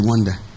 wonder